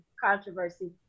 controversy